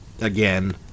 again